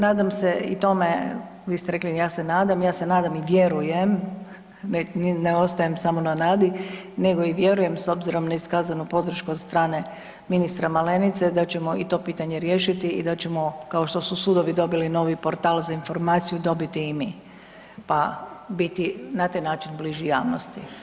Nadam se i tome, vi ste rekli ja se nadam, ja se nadam i vjerujem, ne ostajem samo na nadi, nego i vjerujem s obzirom na iskazanu podršku od strane ministra Malenice, da ćemo i to pitanje riješiti i da ćemo kao što su sudovi dobili novi portal za informaciju, dobiti i mi pa biti na taj način bliži javnosti, evo.